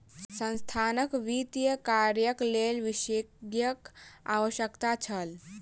संस्थानक वित्तीय कार्यक लेल विशेषज्ञक आवश्यकता छल